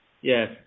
Yes